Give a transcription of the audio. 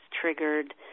triggered